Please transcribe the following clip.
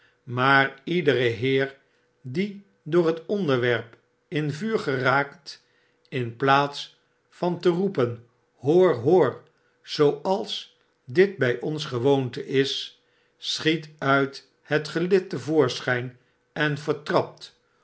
maar iedere heer die door het onderwerp in vuur geraakt in plaats van te roepen hoor hoor zooals dit by ons gewoonte is schiet uit het gelid te voorschjjn en vertrapt